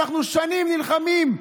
שאנחנו שנים נלחמים.